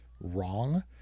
wrong